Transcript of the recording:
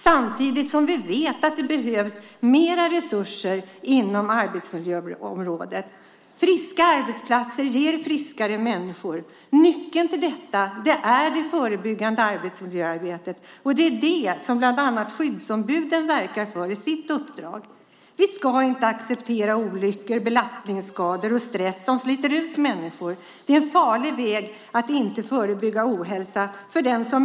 Samtidigt vet vi att det behövs mer resurser inom arbetsmiljöområdet. Friska arbetsplatser ger friskare människor. Nyckeln till det är det förebyggande arbetsmiljöarbetet, vilket bland annat skyddsombuden verkar för genom sitt uppdrag. Vi ska inte acceptera olyckor, belastningsskador och stress som sliter ut människor. Att inte förebygga ohälsa är en farlig väg.